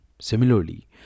Similarly